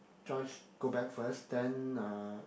Joyce go back first then uh